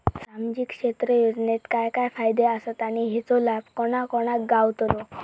सामजिक क्षेत्र योजनेत काय काय फायदे आसत आणि हेचो लाभ कोणा कोणाक गावतलो?